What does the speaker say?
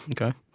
Okay